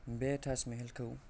बे ताज महलखौ